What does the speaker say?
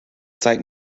zeig